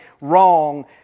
wrong